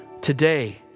Today